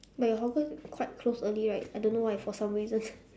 but your hawker quite close early right I don't know why for some reasons